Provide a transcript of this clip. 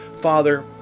Father